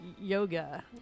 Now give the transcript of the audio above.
yoga